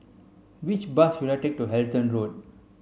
which bus should I take to Halton Road